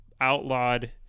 Outlawed